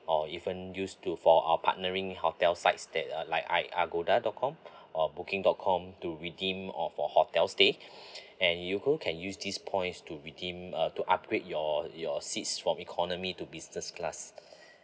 or even use to for our partnering hotel sites that uh like a~ agoda dot com or booking dot com to redeem or for hotel stay and you could can use this points to redeem uh to upgrade your your seats from economy to business class